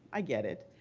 i get it,